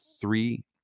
three